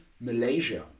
Malaysia